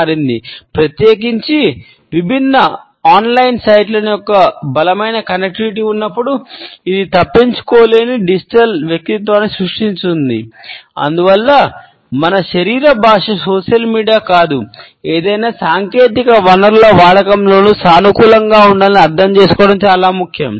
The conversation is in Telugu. మన డిజిటల్ కాదు ఏదైనా సాంకేతిక వనరుల వాడకంలోనూ సానుకూలంగా ఉండాలని అర్థం చేసుకోవడం చాలా ముఖ్యం